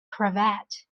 cravat